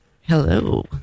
Hello